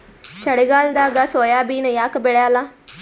ಚಳಿಗಾಲದಾಗ ಸೋಯಾಬಿನ ಯಾಕ ಬೆಳ್ಯಾಲ?